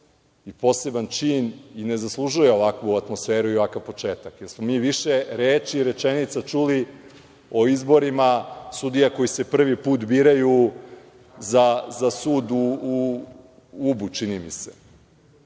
i poseban čin koji ne zaslužuje ovakvu atmosferu i ovakav početak, jer smo mi više reči i rečenica čuli o izborima sudija koji se prvi put biraju za sud u Ubu, čini mi se.